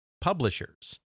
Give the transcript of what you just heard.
publishers